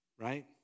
right